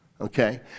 okay